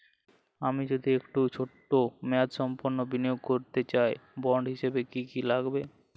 আমি যদি একটু ছোট মেয়াদসম্পন্ন বিনিয়োগ করতে চাই বন্ড হিসেবে কী কী লাগবে?